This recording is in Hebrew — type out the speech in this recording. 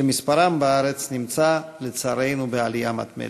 שמספרם בארץ נמצא, לצערנו, בעלייה מתמדת.